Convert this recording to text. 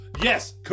Yes